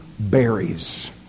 berries